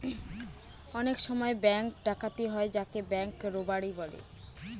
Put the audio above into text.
অনেক সময় ব্যাঙ্ক ডাকাতি হয় যাকে ব্যাঙ্ক রোবাড়ি বলে